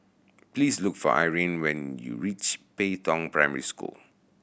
please look for Irene when you reach Pei Tong Primary School